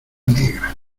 negra